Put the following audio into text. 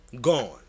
Gone